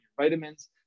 vitamins